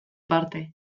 parte